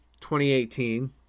2018